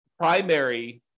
primary